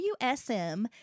WSM